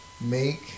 Make